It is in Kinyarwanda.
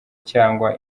cyangwa